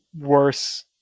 worse